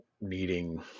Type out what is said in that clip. needing